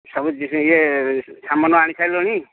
ସବୁ ଇଏ ସାମାନ ଆଣିସାରିଲଣି